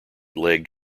legged